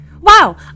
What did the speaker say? Wow